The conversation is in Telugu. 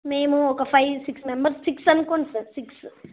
మేము ఒక ఫైవ్ సిక్స్ మెంబర్స్ సిక్స్ అనుకోండి సార్ సిక్స్